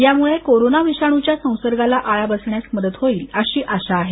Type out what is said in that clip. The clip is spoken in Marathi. यामुळे कोरोना विषाणूच्या संसर्गाला आळा बसण्यास मदत होईल अशी आशा आहे